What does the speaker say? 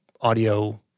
audio